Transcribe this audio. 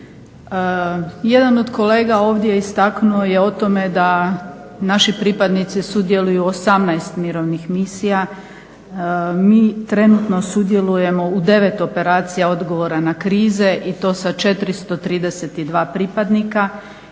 Jedan od kolega ovdje je istaknuo o tome da naši pripadnici sudjeluju u 18 mirovnih misija. Mi trenutno sudjelujemo u 9 operacija odgovora na krize i to sa 432 pripadnika